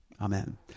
Amen